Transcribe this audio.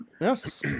Yes